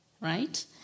right